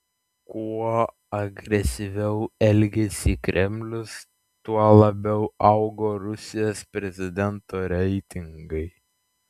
kuo agresyviau elgėsi kremlius tuo labiau augo rusijos prezidento reitingai